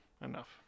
Enough